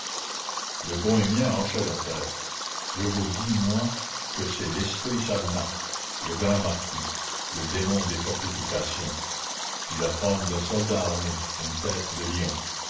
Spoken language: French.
le bohémien hochait la tête je vous dis moi que c'est l'esprit sabnac le grand marquis le démon des fortifications il a forme d'un soldat armé une tête de lion